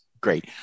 Great